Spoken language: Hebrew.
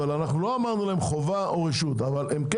אבל לא אמרנו להם חובה או רשות אבל הם כן